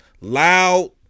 loud